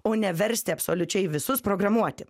o neversti absoliučiai visus programuoti